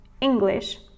English